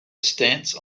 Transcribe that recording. stance